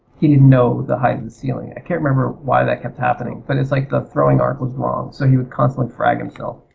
he didn't know the height of the ceiling. i can't remember why that kept happening, but it's like the throwing arc was wrong so he would constantly frag himself.